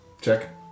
Check